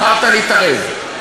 בחרת להתערב.